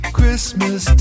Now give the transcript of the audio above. Christmas